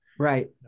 Right